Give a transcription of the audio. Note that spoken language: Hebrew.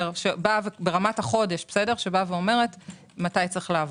ברמת החודש, שאומרת מתי צריך לעבור.